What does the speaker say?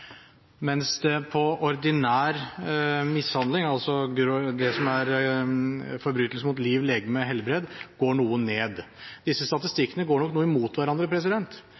mens når det gjelder ordinær mishandling, altså det som er forbrytelser mot liv, legeme og helbred, går det noe ned. Disse statistikkene går nok noe imot hverandre,